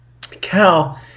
Cal